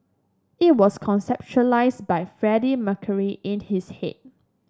it was conceptualised by Freddie Mercury in his head